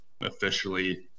Officially